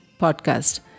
podcast